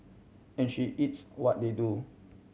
and she eats what they do